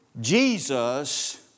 Jesus